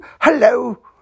hello